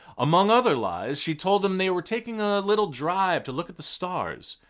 among other lies, she told them they were taking a little drive to look at the stars.